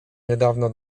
niedawno